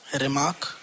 Remark